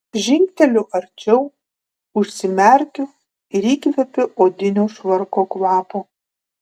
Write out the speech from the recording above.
žingteliu arčiau užsimerkiu ir įkvepiu odinio švarko kvapo